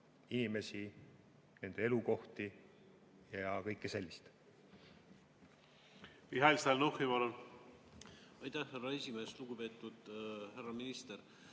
inimesi, nende elukohti ja kõike sellist.